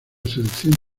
selección